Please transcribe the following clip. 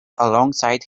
alongside